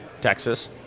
Texas